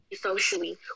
socially